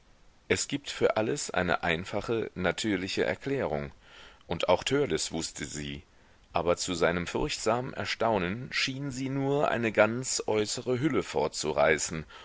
es gibt für alles eine einfache natürliche erklärung und auch törleß wußte sie aber zu seinem furchtsamen erstaunen schien sie nur eine ganz äußere hülle